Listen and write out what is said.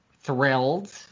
thrilled